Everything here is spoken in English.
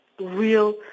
real